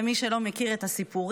למי שלא מכיר את הסיפורים,